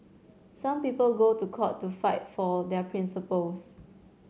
some people go to court to fight for their principles